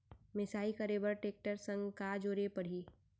मिसाई करे बर टेकटर संग का जोड़े पड़ही?